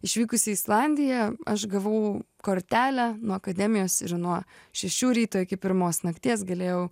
išvykusi į islandiją aš gavau kortelę nuo akademijos ir nuo šešių ryto iki pirmos nakties galėjau